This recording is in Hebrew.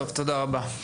תודה רבה.